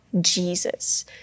Jesus